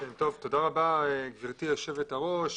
תודה רבה, גברתי היושבת-ראש.